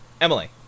Emily